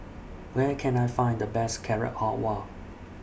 Where Can I Find The Best Carrot Halwa